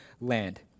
land